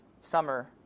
summer